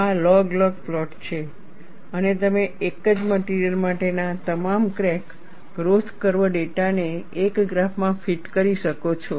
આ log log plot છે અને તમે એક જ મટિરિયલ માટેના તમામ ક્રેક ગ્રોથ કર્વ ડેટાને એક ગ્રાફમાં ફિટ કરી શકો છો